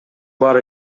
бар